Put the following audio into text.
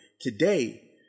today